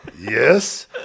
yes